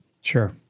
Sure